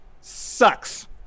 sucks